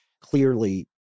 clearly